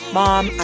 mom